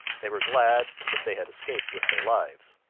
they were glad that they had escaped with their lives.